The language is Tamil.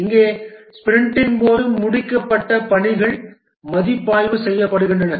இங்கே ஸ்பிரிண்டின் போது முடிக்கப்பட்ட பணிகள் மதிப்பாய்வு செய்யப்படுகின்றன